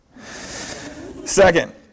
Second